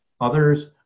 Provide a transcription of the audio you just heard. Others